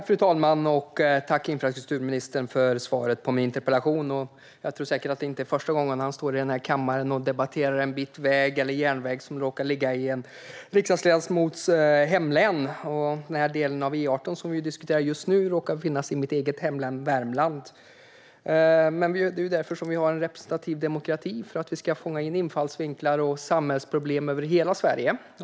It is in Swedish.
Fru talman! Jag vill tacka infrastrukturministern för svaret på min interpellation. Det är säkert inte första gången han står i den här kammaren och debatterar en bit väg eller järnväg som råkar ligga i en riksdagsledamots hemlän - den del av E18 som vi diskuterar just nu råkar ju ligga i mitt hemlän Värmland. Men vi har representativ demokrati just för att vi ska fånga in infallsvinklar och samhällsproblem över hela Sverige.